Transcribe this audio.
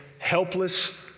Helpless